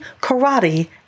karate